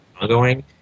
ongoing